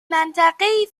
منطقهای